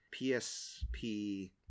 psp